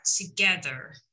together